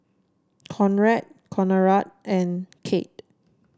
Conrad Conard and Kate